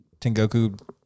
Tengoku